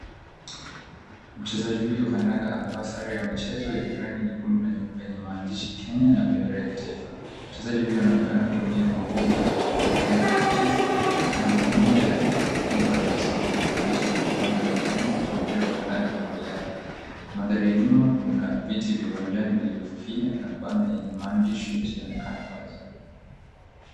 Mchezaji huyu wa kandanda amevaa sare ya michezo yenye rangi nyekundu na nyeupe yenye maandishi Kenya na bendera ya kitaifa. Mchezaji huyu anaonekana kutumia magogo ya kutembelea yaaani crutches na ana mguu mmoja tu lakini bado amesimama kwa udhabiti kwenye uwanja wa manjani huku mpira wa kandanda ukiwa mbele yake. Mandhari ya nyuma kuna viti vya uwanjani vilivyofifia na banner yenye maandishi yasioyonekana wazi.